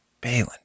Balin